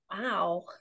wow